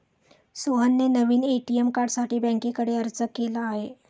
सोहनने नवीन ए.टी.एम कार्डसाठी बँकेकडे अर्ज केला आहे